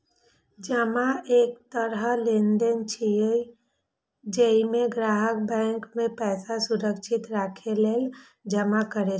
जमा एक तरह लेनदेन छियै, जइमे ग्राहक बैंक मे पैसा सुरक्षित राखै लेल जमा करै छै